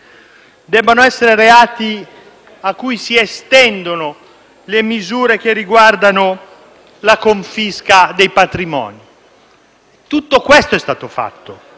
debbano essere estese le misure che riguardano la confisca dei patrimoni? Tutto questo è stato fatto.